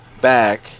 back